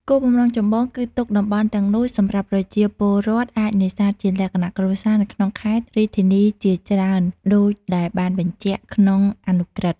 គោលបំណងចម្បងគឺទុកតំបន់ទាំងនោះសម្រាប់ប្រជាពលរដ្ឋអាចនេសាទជាលក្ខណៈគ្រួសារនៅក្នុងខេត្ត-រាជធានីជាច្រើនដូចដែលបានបញ្ជាក់ក្នុងអនុក្រឹត្យ។